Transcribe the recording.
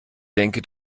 denke